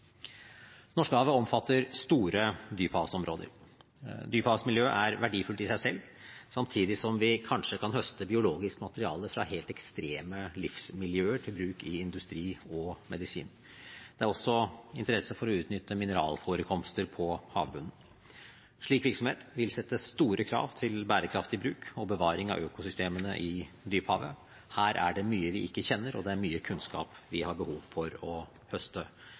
omfatter store dyphavsområder. Dyphavsmiljøet er verdifullt i seg selv, samtidig som vi kanskje kan høste biologisk materiale fra helt ekstreme livsmiljøer til bruk i industri og medisin. Det er også interesse for å utnytte mineralforekomster på havbunnen. Slik virksomhet vil sette store krav til bærekraftig bruk og bevaring av økosystemene i dyphavet. Her er det mye vi ikke kjenner, og det er mye kunnskap vi har behov for å høste